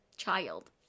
child